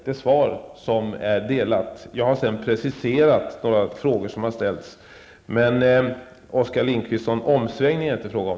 Jag har sedan preciserat mig i svaren på några frågor som har ställts, men, Oskar Lindkvist, någon omsvängning är det inte fråga om.